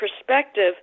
perspective